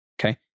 Okay